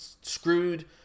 screwed